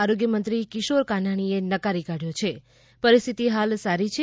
આરોગ્યમંત્રી કિશોર કાનાણીએ નકારી કાઢયો છે પરિસ્થિતિ હાલ સારી છે